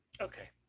Okay